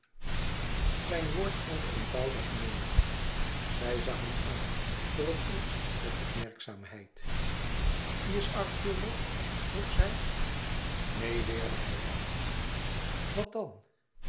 zijn woord klonk eenvoudig gemeend zij zag hem aan voor het eerst met opmerkzaamheid u is archeoloog vroeg zij neen weerde hij af wat dan